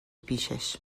پیشش